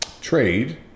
trade